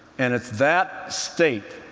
and it's that state